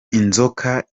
inzoka